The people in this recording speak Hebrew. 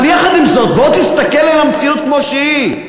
אבל יחד עם זאת, בוא תסתכל על המציאות כמו שהיא.